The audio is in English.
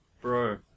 bro